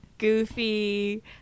goofy